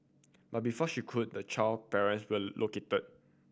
but before she could the child parent were located